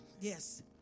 Yes